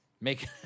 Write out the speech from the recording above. Make